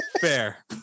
Fair